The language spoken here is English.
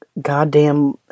goddamn